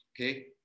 okay